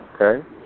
okay